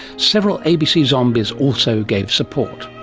several abc zombies also gave support.